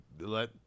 let